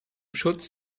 schutz